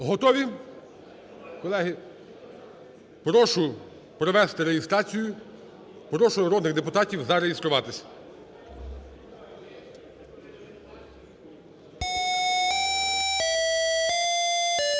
Готові, колеги? Прошу провести реєстрацію, прошу народних депутатів зареєструватись. 10:02:32